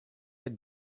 had